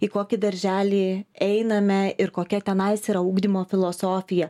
į kokį darželį einame ir kokia tenais yra ugdymo filosofija